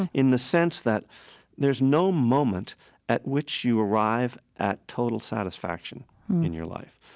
in the sense that there's no moment at which you arrive at total satisfaction in your life.